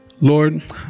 Lord